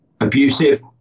abusive